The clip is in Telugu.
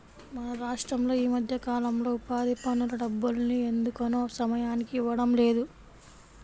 మన రాష్టంలో ఈ మధ్యకాలంలో ఉపాధి పనుల డబ్బుల్ని ఎందుకనో సమయానికి ఇవ్వడం లేదు